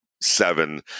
seven